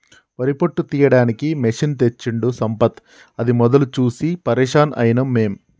వరి పొట్టు తీయడానికి మెషిన్ తెచ్చిండు సంపత్ అది మొదలు చూసి పరేషాన్ అయినం మేము